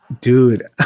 Dude